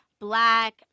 black